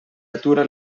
atura